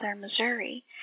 Missouri